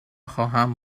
خواهم